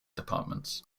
departments